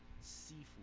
seafood